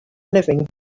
living